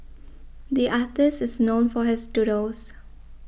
the artist is known for his doodles